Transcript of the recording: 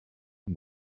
can